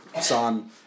son